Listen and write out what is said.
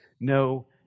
No